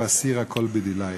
ואסירה כל בדיליך,